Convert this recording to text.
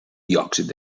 diòxid